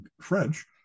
french